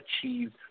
achieve